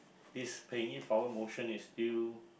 this paying it forward motion is still